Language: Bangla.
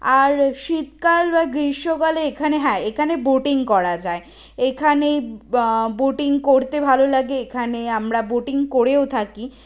আর শীতকাল বা গ্রীষ্মকালে এখানে হ্যাঁ এখানে বোটিং করা যায় এখানে বোটিং করতে ভালো লাগে এখানে আমরা বোটিং করেও থাকি